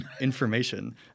information